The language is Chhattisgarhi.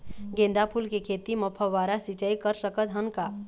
गेंदा फूल के खेती म फव्वारा सिचाई कर सकत हन का?